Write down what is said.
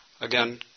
Again